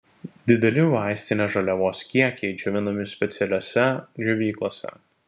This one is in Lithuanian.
dideli vaistinės žaliavos kiekiai džiovinami specialiose džiovyklose